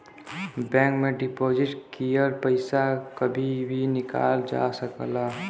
bank में deposit किहल पइसा कभी भी निकालल जा सकला